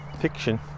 fiction